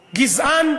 גזען?